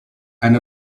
and